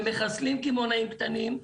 ומחסלים קמעונאים קטנים,